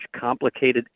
complicated